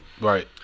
right